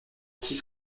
six